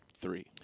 three